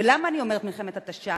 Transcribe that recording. ולמה אני אומרת "מלחמת התשה"?